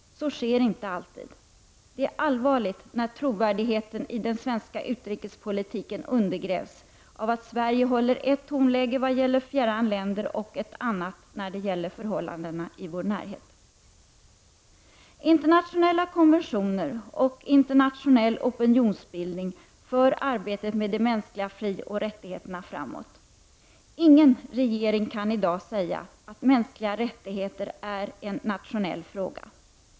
Så sker inte alltid. Det är allvarligt när trovärdigheten i den svenska utrikespolitiken undergrävs av att Sverige håller ett tonläge vad gäller fjärran länder och ett annat när det gäller förhållanden i vår närhet. Internationella konventioner och internationell opinionsbildning för arbetet med de mänskliga frioch rättigheterna framåt. Ingen regering kan i dag säga att mänskliga rättigheter är en nationell fråga.